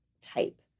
type